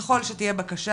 ככל שתהיה בקשה,